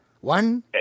One